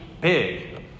big